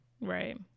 Right